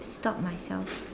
stop myself